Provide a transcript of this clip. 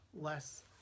less